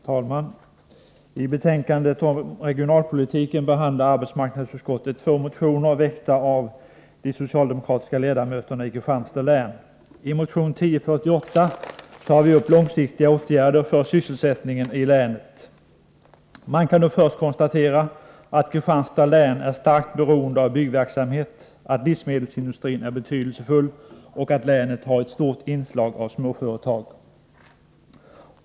Herr talman! I betänkandet om regionalpolitiken behandlar arbetsmarknadsutskottet två motioner väckta av de socialdemokratiska ledamöterna i Kristianstads län. I motion 1048 tar vi upp långsiktiga åtgärder för sysselsättningen i länet. Man kan först konstatera att Kristianstads län är starkt beroende av byggverksamhet, att livsmedelsindustrin är betydelsefull och att länet har ett stort inslag av småföretag.